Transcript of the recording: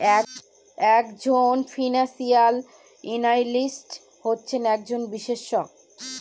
এক জন financial analyst হচ্ছেন একজন বিশেষজ্ঞ